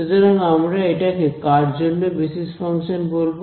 সুতরাং আমরা এটাকে কার জন্য বেসিস ফাংশন বলবো